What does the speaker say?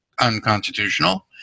unconstitutional